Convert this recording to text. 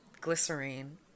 glycerine